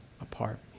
apart